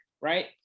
Right